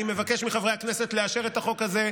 אני מבקש מחברי הכנסת לאשר את החוק הזה,